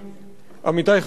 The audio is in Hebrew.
עמיתי חברי הכנסת,